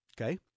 Okay